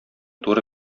туры